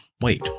wait